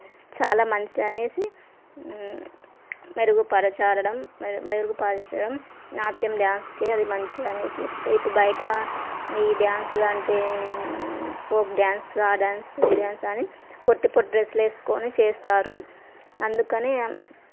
చాలా మంచిది అనేసి మెరుగుపరచడం మెరుగుపరచడం నాట్యం డ్యాన్స్కే అది మంచిది అనేసి ఇప్పుడు బయట ఈ డ్యాన్స్లు అంటే ఫోక్ డ్యాన్స్ ఆ డ్యాన్స్ ఈ డ్యాన్స్ అని పొట్టి పొట్టి డ్రెస్సులు వేసుకోని చేస్తారు అందుకని